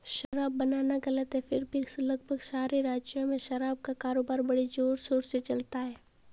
शराब बनाना गलत है फिर भी लगभग सारे राज्यों में शराब का कारोबार बड़े जोरशोर से चलता है